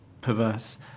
perverse